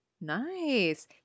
Nice